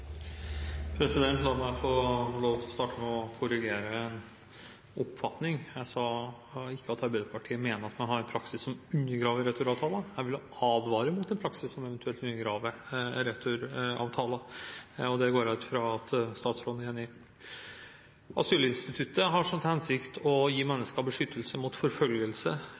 La meg få lov til å starte med å korrigere en oppfatning. Jeg sa ikke at Arbeiderpartiet mener at man har en praksis som undergraver returavtaler, jeg vil advare mot en praksis som eventuelt undergraver returavtaler – og det går jeg ut fra at statsråden er enig i. Asylinstituttet har til hensikt å gi mennesker beskyttelse mot forfølgelse